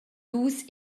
dus